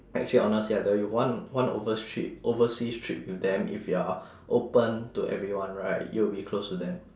actually honestly I tell you one one overs~ overseas trip with them if you are open to everyone right you will be close to them